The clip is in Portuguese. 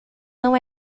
não